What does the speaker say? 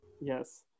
yes